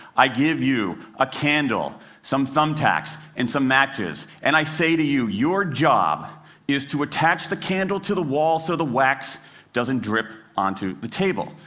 i give you a candle, some thumbtacks, and some matches, and i say to you, your job is to attach the candle to the wall so the wax doesn't drip onto the table.